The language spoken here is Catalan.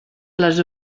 les